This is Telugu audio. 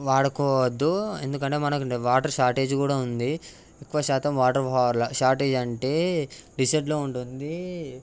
వాడుకోవద్దు ఎందుకంటే మనకు వాటర్ షార్టేజ్ కూడా ఉంది ఎక్కువ శాతం వాటర్ షార్టేజ్ అంటే డిసెర్ట్లో ఉంటుంది